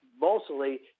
mostly